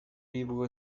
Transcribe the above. vivo